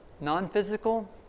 Non-physical